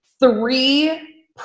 three